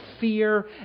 fear